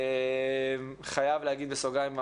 חייב להגיד בסוגריים,